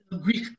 Greek